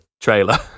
trailer